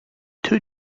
two